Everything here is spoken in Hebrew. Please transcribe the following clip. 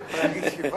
אתה יכול להגיד שהפרעת,